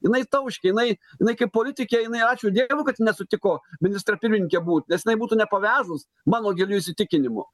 jinai tauškė jinai jinai kaip politikė jinai ačiū dievui kad ji nesutiko ministre pirmininke būt nes jinai būtų nepavežus mano giliu įsitikinimu